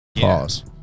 Pause